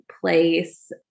place